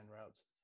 routes